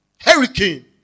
Hurricane